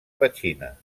petxina